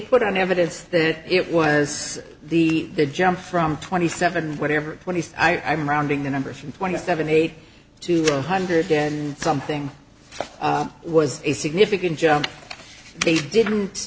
put on evidence that it was the the jump from twenty seven whatever twenty i'm rounding the number from twenty seven eight to one hundred ten something was a significant jump they didn't